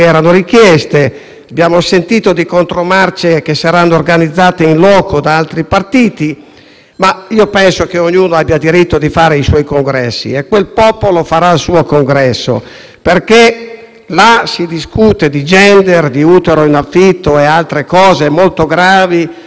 Penso, però, che ognuno abbia diritto di fare i propri congressi e quel popolo farà il suo, perché là si discute di *gender*, di utero in affitto e di altre cose molto gravi che avranno conseguenze future deleterie, perché sono contro natura.